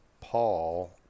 Paul